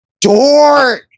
dork